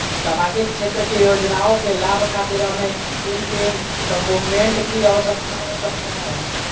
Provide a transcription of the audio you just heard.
सामाजिक क्षेत्र की योजनाओं के लाभ खातिर हमें किन किन डॉक्यूमेंट की आवश्यकता हो सकता है?